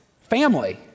family